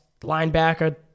Linebacker